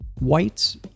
whites